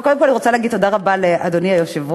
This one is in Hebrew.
אבל קודם כול אני רוצה להגיד תודה רבה לאדוני היושב-ראש,